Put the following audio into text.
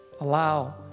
Allow